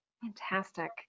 fantastic